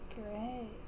Great